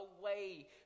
away